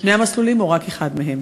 שני המסלולים או רק אחד מהם.